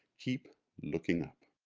keep looking up!